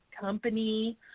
company